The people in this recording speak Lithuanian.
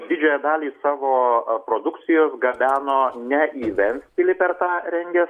didžiąją dalį savo a produkcijos gabeno ne į ventspilį per tą rengės